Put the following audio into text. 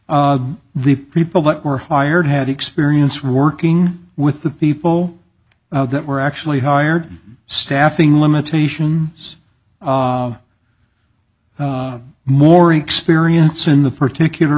example the people that were hired had experience working with the people that were actually hired staffing limitations more experience in the particular